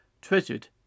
treasured